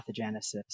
pathogenesis